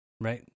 Right